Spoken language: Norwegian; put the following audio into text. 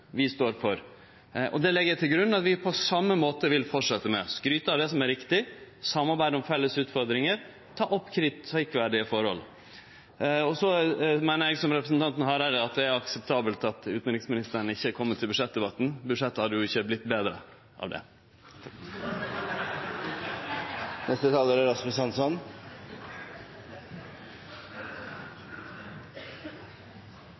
vi står for. Det legg eg til grunn – at vi på same måte vil fortsetje med å skryte av det som er rett, samarbeide om felles utfordringar og ta opp kritikkverdige forhold. Og eg meiner, som representanten Hareide, at det er akseptabelt at utanriksministeren ikkje kjem til budsjettdebatten. Budsjettet hadde jo ikkje vorte betre av det. Miljøpartiet De Grønne og jeg slutter oss til rekken av gratulanter. Dette er